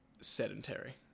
sedentary